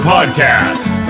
Podcast